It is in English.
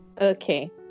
Okay